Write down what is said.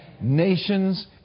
Nations